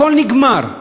הכול נגמר,